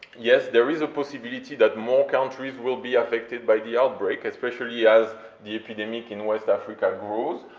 yes, there is a possibility that more countries will be affected by the outbreak, especially as the epidemic in west africa grows,